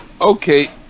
Okay